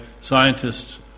scientists